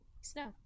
snow